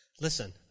Listen